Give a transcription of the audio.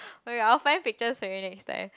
okay I will find pictures for you next time